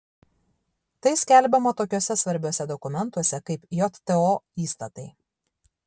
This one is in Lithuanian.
tai skelbiama tokiuose svarbiuose dokumentuose kaip jto įstatai